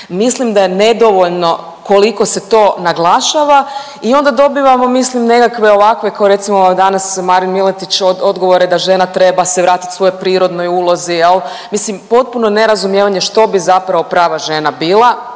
mislim da je nedovoljno koliko se to naglašava i onda dobivamo mislim nekakve ovakve kao recimo danas Marin Miletić odgovore da žena treba se vratit svojoj prirodnoj ulozi jel, mislim potpuno nerazumijevanje što bi zapravo prava žena bila,